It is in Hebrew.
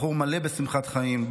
בחור מלא בשמחת חיים,